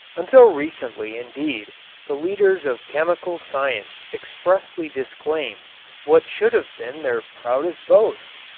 until recently indeed the leaders of chemical science expressly disclaimed what should have been their proudest boast.